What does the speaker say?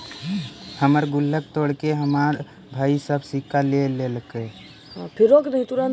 हमर गुल्लक तोड़के हमर भाई सब सिक्का ले लेलके